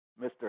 Mr